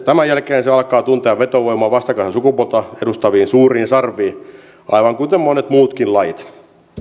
tämän jälkeen se alkaa tuntea vetovoimaa vastakkaista sukupuolta edustaviin suuriin sarviin aivan kuten monet muutkin lajit